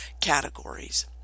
categories